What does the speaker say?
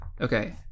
okay